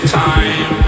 time